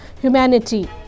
humanity